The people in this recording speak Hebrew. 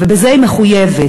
ובזה היא מחויבת.